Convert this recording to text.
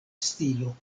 stilo